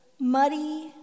muddy